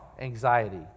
anxiety